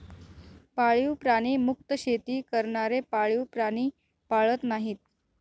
पाळीव प्राणी मुक्त शेती करणारे पाळीव प्राणी पाळत नाहीत